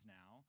now